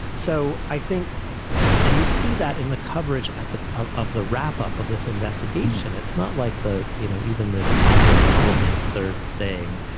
so i think and you see that in the coverage at that of of the wrap up of this investigation, it's not like the you know, even the tabloid columnists are saying,